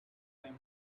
time